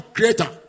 Creator